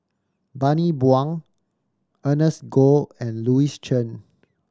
Bani Buang Ernest Goh and Louis Chen